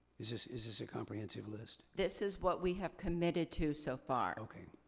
is this is this a comprehensive list? this is what we have committed to so far. okay.